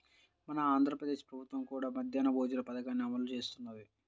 మన ఆంధ్ర ప్రదేశ్ ప్రభుత్వం కూడా మధ్యాహ్న భోజన పథకాన్ని అమలు చేస్తున్నది